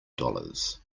dollars